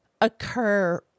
occur